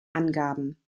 angaben